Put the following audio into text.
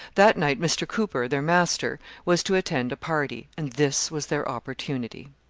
that night mr. cooper, their master, was to attend a party, and this was their opportunity.